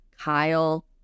Kyle